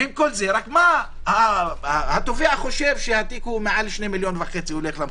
רק התובע חושב שהתיק הוא מעל 2.5 מיליון הולך למחוזי.